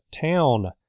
town